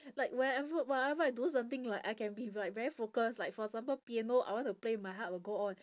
like whenever whatever I do something like I can be like very focus like for example piano I want to play my heart will go on